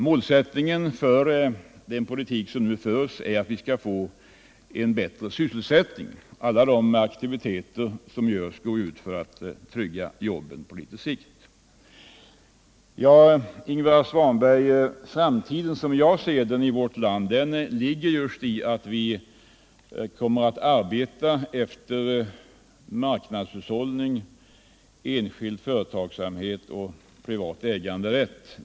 Målsättningen för den politik som nu förs är att vi skall åstadkomma en bättre sysselsättning. Alla de insatser som görs går ut på att trygga jobben på litet sikt. Ja, Ingvar Svanberg, framtiden för vårt land ligger, som jag ser det, just i att vi arbetar för marknadshushållning, enskild företagsamhet och privat äganderätt.